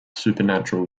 supernatural